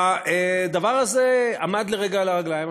והדבר הזה עמד לרגע על הרגליים.